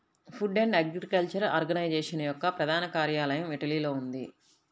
food and agriculture organisation యొక్క ప్రధాన కార్యాలయం ఇటలీలో ఉంది